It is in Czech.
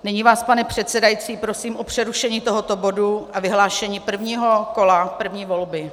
Nyní vás, pane předsedající, prosím o přerušení tohoto bodu a vyhlášení prvního kola první volby.